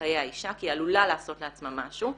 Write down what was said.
וחיי האישה כי היא עלולה לעשות לעצמה משהו.